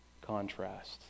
contrast